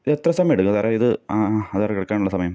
ഇതെത്ര സമയമെടുക്കും സാറെ ഇത് ആധാർ എടുക്കാനുള്ള സമയം